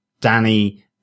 danny